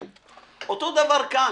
אותו דבר כאן.